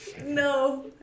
no